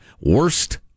worst